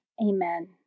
Amen